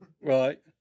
Right